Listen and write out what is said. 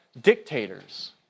dictators